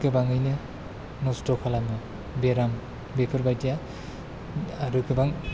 गोबाङैनो नस्थ' खालामो बेराम बेफोर बायदिया आरो गोबां